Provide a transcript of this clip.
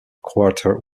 quarter